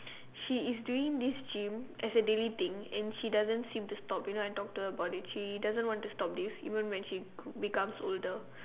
she is doing this gym as a daily thing and she doesn't seem to stop you know I talk to her about it she doesn't want to stop this even when she becomes older